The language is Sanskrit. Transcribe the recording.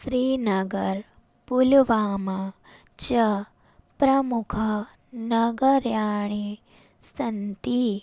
स्रीनगर् पुलुवाम च प्रमुखनगराणि सन्ति